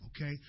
okay